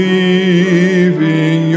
leaving